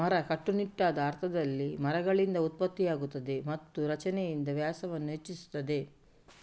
ಮರ, ಕಟ್ಟುನಿಟ್ಟಾದ ಅರ್ಥದಲ್ಲಿ, ಮರಗಳಿಂದ ಉತ್ಪತ್ತಿಯಾಗುತ್ತದೆ ಮತ್ತು ರಚನೆಯಿಂದ ವ್ಯಾಸವನ್ನು ಹೆಚ್ಚಿಸುತ್ತದೆ